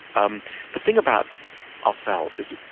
um the thing about ourselves is,